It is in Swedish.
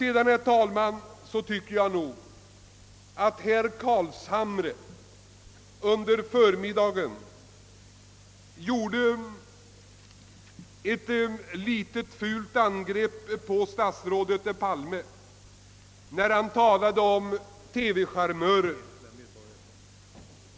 Jag tycker att herr Carlshamre under förmiddagen riktade ett ganska fult angrepp mot statsrådet Palme då han talade om TV-charmörer.